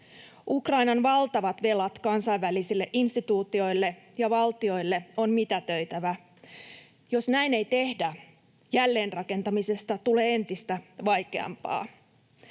Ukrainan valtavat velat kansainvälisille instituutioille ja valtioille on mitätöitävä. Jos näin ei tehdä, jälleenrakentamisesta tulee entistä vaikeampaa.